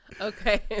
Okay